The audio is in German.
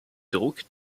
druck